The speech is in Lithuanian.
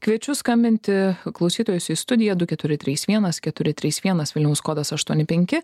kviečiu skambinti klausytojus į studiją du keturi trys vienas keturi trys vienas vilniaus kodas aštuoni penki